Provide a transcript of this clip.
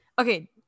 okay